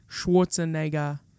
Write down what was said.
Schwarzenegger